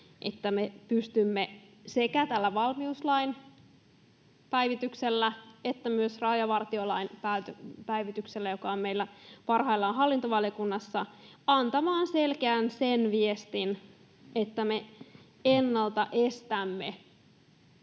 että me pystymme sekä tällä valmiuslain päivityksellä että myös rajavartiolain päivityksellä, joka on meillä parhaillaan hallintovaliokunnassa, antamaan sen selkeän viestin, että me ennalta estämme